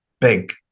big